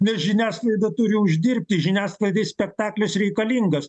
nes žiniasklaida turi uždirbti žiniasklaidai spektaklis reikalingas